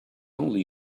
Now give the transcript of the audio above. only